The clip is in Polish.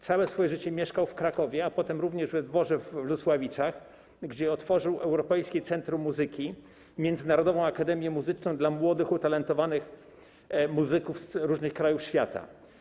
Całe swoje życie mieszkał w Krakowie, a potem również we dworze w Lusławicach, gdzie otworzył Europejskie Centrum Muzyki i Międzynarodową Akademię Muzyczną dla młodych, utalentowanych muzyków z różnych krajów świata.